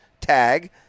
tag